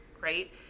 right